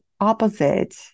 opposite